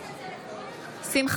אינו נוכח